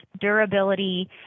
durability